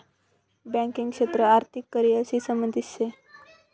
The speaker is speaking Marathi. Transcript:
बँकिंग क्षेत्र आर्थिक करिअर शी संबंधित शे